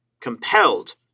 compelled